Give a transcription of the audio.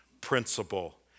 principle